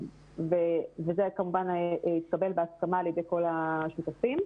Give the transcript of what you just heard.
זה כמובן התקבל בהסכמה על ידי כל השותפים.